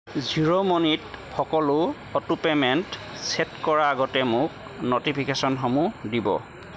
জিঅ' মানিত সকলো auto payment set কৰাৰ আগতে মোক ন'টিফিকেশ্যনসমূহ দিব